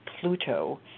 Pluto